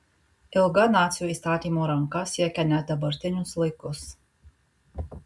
ilga nacių įstatymo ranka siekia net dabartinius laikus